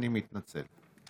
אני מתנצל.